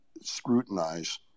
scrutinize